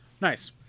nice